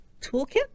Toolkit